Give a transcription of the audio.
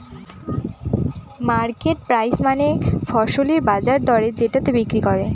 market price মানে ফসলের বাজার দরে যেটাতে বিক্রি করে